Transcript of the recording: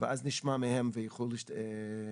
ואז נשמע מהם והם יוכלו להשתחרר.